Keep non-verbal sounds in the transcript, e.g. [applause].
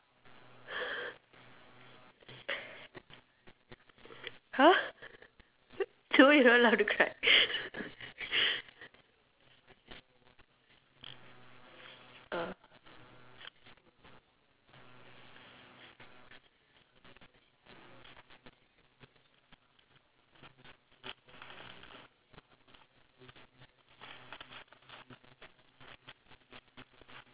[laughs] !huh! told you we're not allowed to cry [laughs] uh